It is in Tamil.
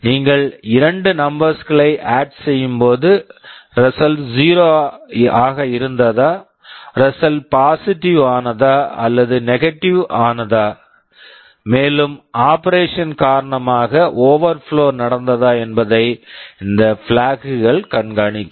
நீங்கள் இரண்டு நம்பர்ஸ் numbers -களை ஆட் add செய்யும்போது ரிசல்ட் result 0 ஆக இருந்ததா ரிசல்ட் result பாசிட்டிவ் positive ஆனதா அல்லது நெகடிவ் negative ஆனதா மேலும் ஆபரேஷன் operation காரணமாக ஓவெர்பிளோ overflow நடந்ததா என்பதை இந்த பிளாக் flag கள் கண்காணிக்கும்